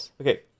okay